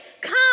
come